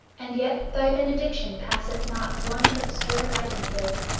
and yet thy benediction passeth not one obscure hiding-place,